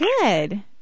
Good